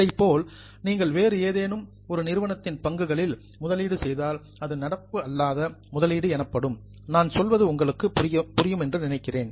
இதைப்போல் நீங்கள் வேறு ஏதேனும் ஒரு நிறுவனத்தின் பங்குகளில் முதலீடு செய்தால் அது நடப்பு அல்லாத முதலீடு எனப்படும் நான் சொல்வது உங்களுக்கு புரிகிறதா